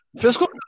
fiscal